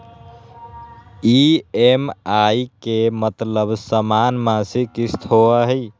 EMI के मतलब समान मासिक किस्त होहई?